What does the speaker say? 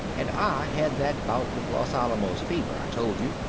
and i had that bout with los alamos fever i told you.